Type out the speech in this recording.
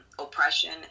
oppression